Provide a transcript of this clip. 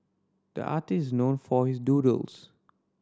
the artist is known for his doodles